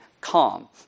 Calm